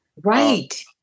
right